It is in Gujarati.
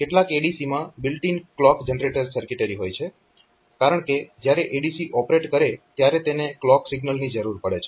કેટલાક ADC માં built in clock generator circuitry હોય છે કારણકે જ્યારે ADC ઓપરેટ કરે ત્યારે તેને ક્લોક સિગ્નલની જરૂર પડે છે